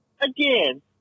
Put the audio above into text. again